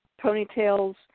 ponytails